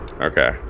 Okay